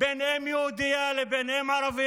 מבחינתנו אין הבדל בין אם יהודייה לבין אם ערבייה,